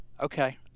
Okay